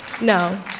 No